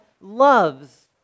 loves